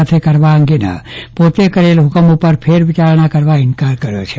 સાથે કરવા અંગેના પોતે કરેલા હુકમ ઉપર ફેરવિચાર કરવા ઇન્કાર કર્યો છે